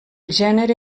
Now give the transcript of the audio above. gènere